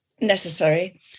necessary